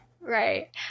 Right